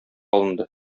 алынды